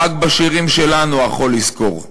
רק בשירים שלנו "החול יזכור",